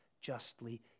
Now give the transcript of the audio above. justly